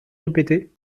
répéter